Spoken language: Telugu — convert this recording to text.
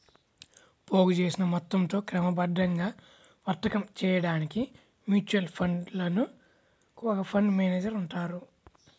పోగుచేసిన మొత్తంతో క్రమబద్ధంగా వర్తకం చేయడానికి మ్యూచువల్ ఫండ్ కు ఒక ఫండ్ మేనేజర్ ఉంటారు